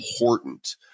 important